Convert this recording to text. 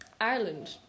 Ireland